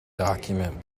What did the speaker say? document